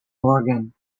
morgan